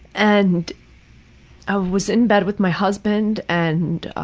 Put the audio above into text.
and i was in bed with my husband, and,